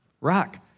rock